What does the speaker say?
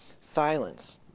silence